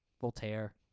Voltaire